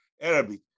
Arabic